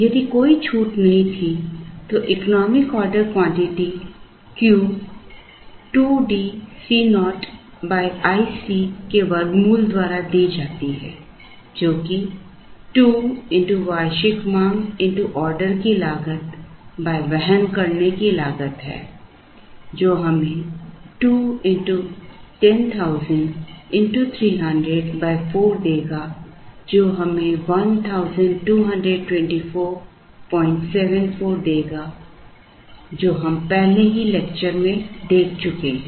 यदि कोई छूट नहीं थी तो economic order quantity Q 2DCo iC के वर्गमूल द्वारा दी जाती है जो कि 2 x वार्षिक मांग x ऑर्डर की लागत वहन करने की लागत है जो हमें 2 x 10000 x 300 4 देगा जो हमें 122474 देगा जो हम पहले ही लेक्चर में देख चुके हैं